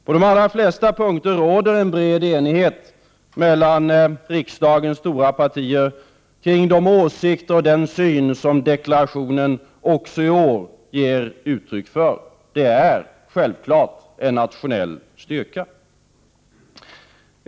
På de allra flesta punkter råder en bred enighet mellan riksdagens stora partier kring de åsikter och den syn som deklarationen också i år ger utryck för. Det är självfallet en nationell styrka.